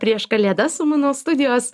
prieš kalėdas su mano studijos